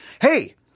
Hey